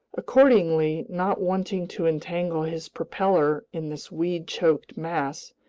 accordingly, not wanting to entangle his propeller in this weed-choked mass,